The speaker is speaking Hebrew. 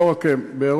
לא רק באירופה,